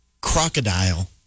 Crocodile